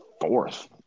fourth